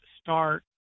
start